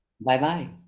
Bye-bye